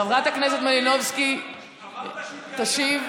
חברת הכנסת מלינובסקי תשיב.